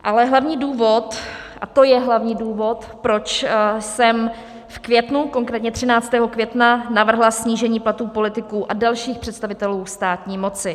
Ale hlavní důvod, a to je hlavní důvod, proč jsem v květnu, konkrétně 13. května, navrhla snížení platů politiků a dalších představitelů státní moci.